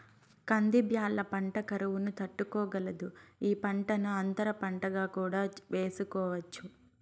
కంది బ్యాళ్ళ పంట కరువును తట్టుకోగలదు, ఈ పంటను అంతర పంటగా కూడా వేసుకోవచ్చు